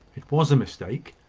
it was a mistake.